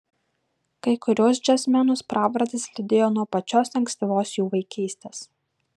kai kuriuos džiazmenus pravardės lydėjo nuo pačios ankstyvos jų vaikystės